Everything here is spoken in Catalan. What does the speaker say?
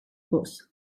gos